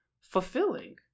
fulfilling